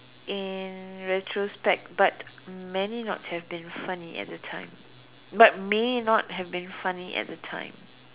in retrospect but many not have not been funny at the time but may not have been funny at the time